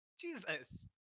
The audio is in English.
Jesus